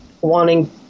wanting